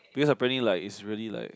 because apparently like is really like